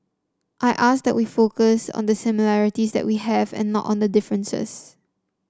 I ask that we focus on the similarities that we have and not on the differences